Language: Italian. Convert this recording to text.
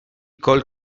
col